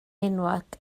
enwog